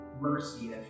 mercy